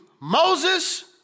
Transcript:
Moses